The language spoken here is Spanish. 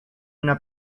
una